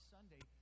Sunday